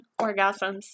orgasms